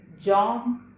John